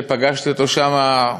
שפגשתי אותו שם,